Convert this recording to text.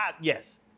Yes